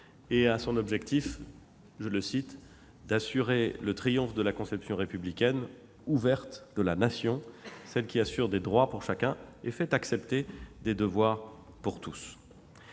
sur la nécessité d'« assurer le triomphe de la conception républicaine, ouverte, de la Nation, celle qui assure des droits pour chacun et fait accepter des devoirs pour tous.